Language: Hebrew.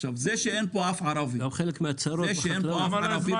זה שאין פה אף ערבי --- חבל על הזמן,